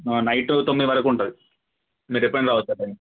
night తొమ్మిది వరకు ఉంటుంది మీరు ఎప్పుడైనా రావచ్చు ఆ టైంలో